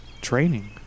Training